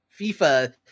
FIFA